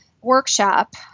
workshop